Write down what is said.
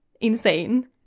insane